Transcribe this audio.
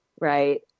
right